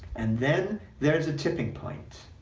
and then, there's a tipping point.